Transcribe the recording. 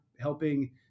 helping